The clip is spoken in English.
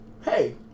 Hey